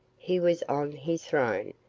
he was on his throne,